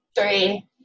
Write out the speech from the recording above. three